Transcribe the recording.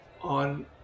on